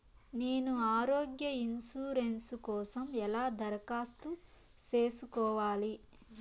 నేను ఆరోగ్య ఇన్సూరెన్సు కోసం ఎలా దరఖాస్తు సేసుకోవాలి